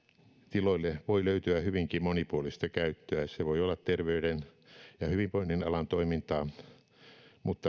tiloille voi löytyä hyvinkin monipuolista käyttöä se voi olla terveyden ja hyvinvoinnin alan toimintaa mutta